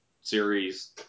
series